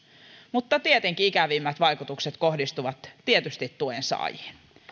mutta tietenkin ikävimmät vaikutukset kohdistuvat tuensaajiin